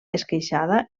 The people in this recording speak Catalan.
esqueixada